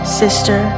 sister